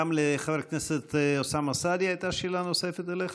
גם לחבר הכנסת אוסאמה סעדי הייתה שאלה נוספת אליך.